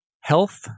health